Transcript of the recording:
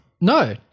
No